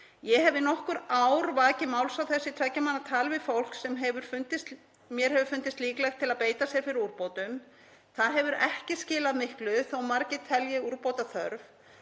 Ég hef í nokkur ár vakið máls á þessu í tveggja manna tali við fólk sem mér hefur fundist líklegt til að beita sér fyrir úrbótum. Það hefur ekki skilað miklu þó að margir telji úrbóta þörf